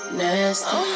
nasty